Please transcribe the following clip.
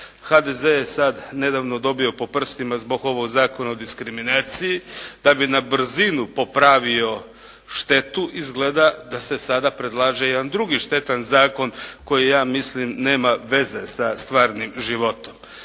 HDZ je sada nedavno dobio po prstima zbog ovog Zakona o diskriminaciji. Da bi na brzinu popravio štetu izgleda da se sada predlaže jedan drugi štetan zakon koji ja mislim nema veze sa stvarnim životom.